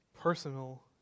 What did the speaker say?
personal